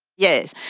yes,